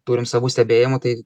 turim savų stebėjimų tai